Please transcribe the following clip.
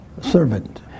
servant